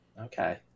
Okay